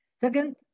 Second